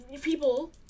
people